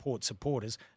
Supporters